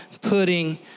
putting